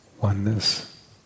oneness